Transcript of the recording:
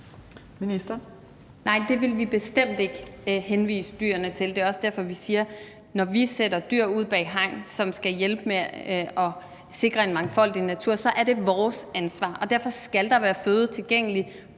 det vil vi bestemt ikke henvise dyrene til. Det er også derfor, vi siger, at når vi sætter dyr ud bag hegn, som skal hjælpe med at sikre en mangfoldig natur, så er det vores ansvar, og derfor skal der være føde tilgængeligt